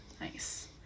Nice